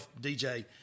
DJ